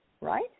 right